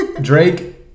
Drake